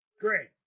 Great